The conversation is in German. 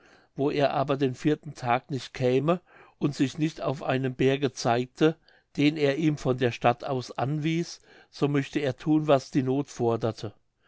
wo er aber den vierten tag nicht käme und sich nicht auf einem berge zeigte den er ihm von der stadt aus anwies so möchte er thun was die noth forderte